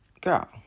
Girl